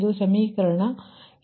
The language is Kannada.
ಇದು ಸಮೀಕರಣ 6